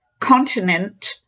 continent